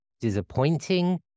disappointing